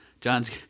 John's